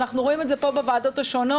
אנחנו רואים את זה פה בוועדות השונות,